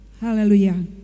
hallelujah